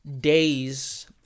Days